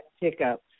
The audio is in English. pickup